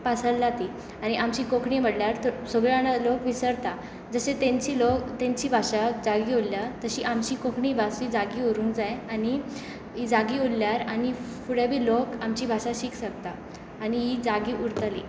पसरल्या ती आनी आमची कोंकणी म्हणल्यार सगळे जाण लोक विसरता जशें तांची भाशा जागी उरल्या आमची कोंकणी भासूय जागी उरूंक जाय आनी जागी उरल्यार आनी फुडें बी लोक आमची भाशा शीक शकता आनी ही जागी उरतली